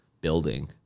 building